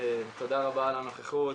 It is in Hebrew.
תודה רבה על הנוכחות.